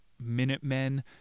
Minutemen